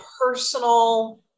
personal